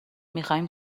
میخواییم